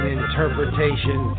interpretation